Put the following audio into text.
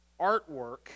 artwork